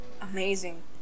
amazing